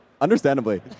Understandably